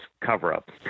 cover-up